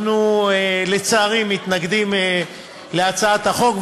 אנחנו לצערי מתנגדים להצעת החוק,